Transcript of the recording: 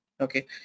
Okay